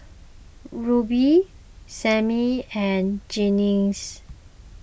Rubye Simmie and Jennings